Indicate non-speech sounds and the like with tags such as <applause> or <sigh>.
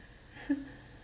<laughs>